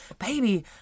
baby